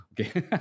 Okay